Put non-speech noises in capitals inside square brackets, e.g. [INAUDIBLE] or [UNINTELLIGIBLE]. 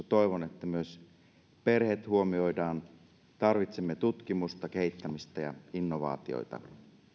[UNINTELLIGIBLE] toivon että siinä myös perheet huomioidaan tarvitsemme tutkimusta kehittämistä ja innovaatioita